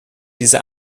diese